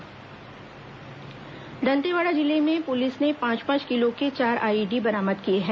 IED बरामद दंतेवाड़ा जिले में पुलिस ने पांच पांच किलो के चार आईईडी बरामद किए हैं